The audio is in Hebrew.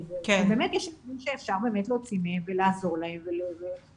ובאמת יש דברים שאפשר להוציא מהם ולעזור להם וצריך